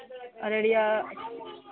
Araria